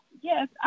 Yes